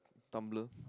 Tumblr